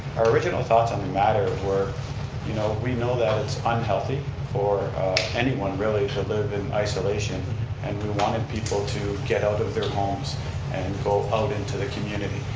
our original thoughts on the matter were you know we know that it's unhealthy for anyone really to live in isolation and we wanted people to get out of their homes and go out into the community.